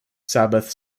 sabbath